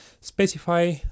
specify